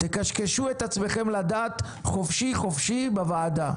תקשקשו את עצמכם לדעת חופשי חופשי בוועדה,